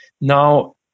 Now